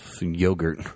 yogurt